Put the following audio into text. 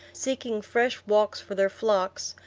seeking fresh walks for their flocks,